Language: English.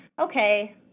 okay